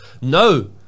no